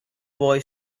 boy